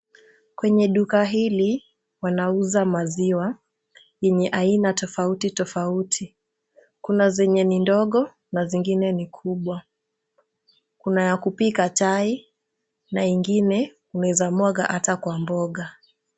Kwenye duka hili wanauza maziwa yenye aina tofauti tofauti. Kuna zenye ni ndogo na zingine ni kubwa. Kuna ya kupika chai na ingine unaweza mwaga ata kwa mboga.